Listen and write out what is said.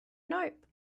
nope